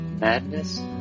Madness